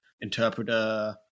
interpreter